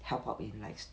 help out in like